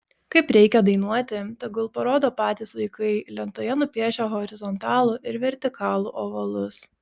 kaip reikia dainuoti tegul parodo patys vaikai lentoje nupiešę horizontalų ir vertikalų ovalus